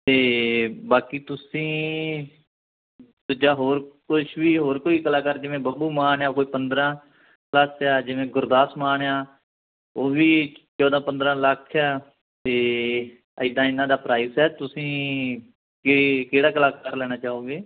ਅਤੇ ਬਾਕੀ ਤੁਸੀਂ ਦੂਜਾ ਹੋਰ ਕੁਛ ਵੀ ਹੋਰ ਕੋਈ ਕਲਾਕਾਰ ਜਿਵੇਂ ਬੱਬੂ ਮਾਨ ਹੈ ਉਹ ਕੋਈ ਪੰਦਰਾਂ ਪਲੱਸ ਆ ਜਿਵੇਂ ਗੁਰਦਾਸ ਮਾਨ ਆ ਉਹ ਵੀ ਚੌਦਾਂ ਪੰਦਰਾਂ ਲੱਖ ਆ ਅਤੇ ਇੱਦਾਂ ਇਹਨਾਂ ਦਾ ਪ੍ਰਾਈਜ ਹੈ ਤੁਸੀਂ ਕੇ ਕਿਹੜਾ ਕਲਾਕਾਰ ਲੈਣਾ ਚਾਹੋਂਗੇ